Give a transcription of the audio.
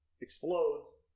explodes